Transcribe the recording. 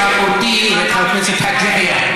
כלומר אותי ואת חבר הכנסת חאג' יחיא.